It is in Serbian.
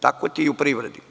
Tako je i u privredi.